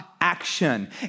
action